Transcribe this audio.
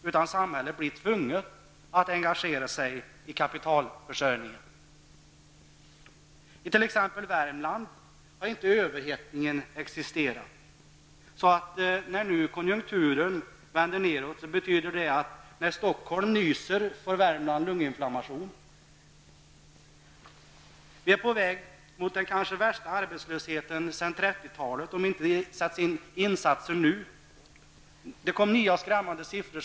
Därför blir samhället tvunget att engagera sig i kapitalförsörjningen. I t.ex. Värmland har det inte existerat någon överhettning. När konjunkturen nu vänder nedåt betyder detta, att när Stockholm nyser får Vi är på väg mot den kanske värsta arbetslösheten sedan 1930-talet, om det inte nu görs insatser.